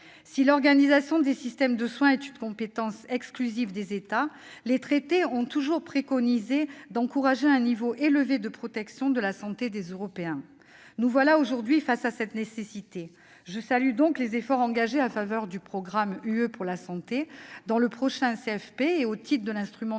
Si l'organisation des systèmes de soins est une compétence exclusive des États, les traités ont toujours préconisé d'encourager un niveau élevé de protection de la santé des Européens. Nous voilà aujourd'hui face à cette nécessité. Je salue donc les efforts engagés en faveur du programme de l'Union européenne pour la santé dans le prochain